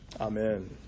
Amen